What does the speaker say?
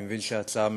אני מבין שההצעה ממוזגת.